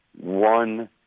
one